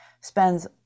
Spends